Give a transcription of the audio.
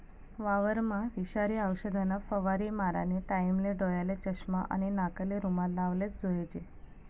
वावरमा विषारी औषधना फवारा मारानी टाईमले डोयाले चष्मा आणि नाकले रुमाल लावलेच जोईजे